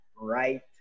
right